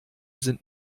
sind